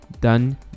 done